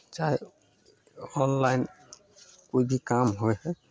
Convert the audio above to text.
चाहे ऑनलाइन कोइ भी काम होइ हइ